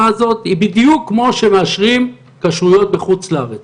הזאת היא בדיוק כמו שמאשרים כשרויות בחוץ לארץ.